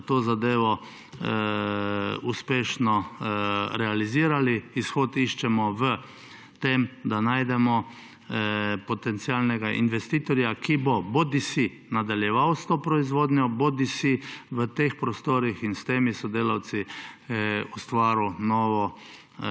to zadevo uspešno realizirali. Izhod iščemo v tem, da najdemo potencialnega investitorja, ki bo bodisi nadaljeval s to proizvodnjo bodisi v teh prostorih in s temi sodelavci ustvaril novo